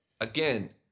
again